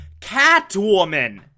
Catwoman